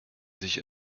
sich